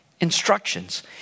instructions